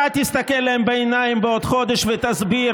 אתה תסתכל להם בעיניים בעוד חודש ותסביר